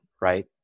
right